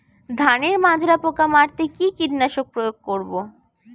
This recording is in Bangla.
ধানের মাজরা পোকা মারতে কি কীটনাশক প্রয়োগ করব?